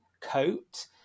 coat